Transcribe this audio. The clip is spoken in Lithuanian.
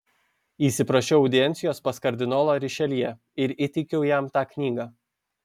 įsiprašiau audiencijos pas kardinolą rišeljė ir įteikiau jam tą knygą